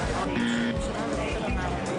נמצאים אתנו הנציגים של המשרד לביטחון פנים,